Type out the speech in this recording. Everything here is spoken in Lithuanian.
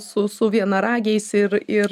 su vienaragiais ir ir